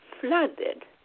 flooded